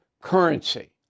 currency